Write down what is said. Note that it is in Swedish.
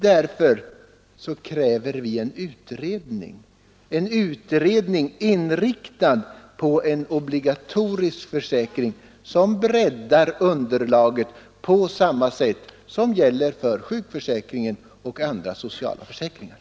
Därför kräver vi en utredning, inriktad på en obligatorisk försäkring som får en större bredd på samma sätt som gäller för sjukförsäkringen och de andra sociala försäkringarna.